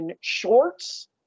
shorts